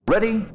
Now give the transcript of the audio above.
Ready